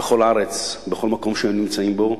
בכל הארץ, בכל מקום שהם נמצאים בו.